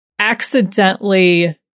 accidentally